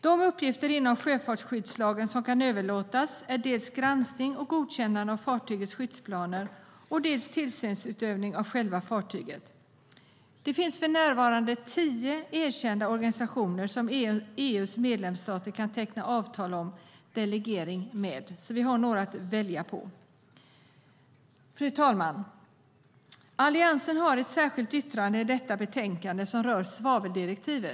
Det uppgifter inom sjöfartskyddslagen som kan överlåtas är dels granskning och godkännande av fartygets skyddsplaner, dels tillsynsutövning när det gäller själva fartyget. Det finns för närvarande tio erkända organisationer som EU:s medlemsstater kan teckna avtal om delegering med. Det finns alltså några att välja på. Fru talman! Alliansen har ett särskilt yttrande i detta betänkande som rör svaveldirektivet.